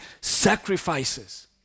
sacrifices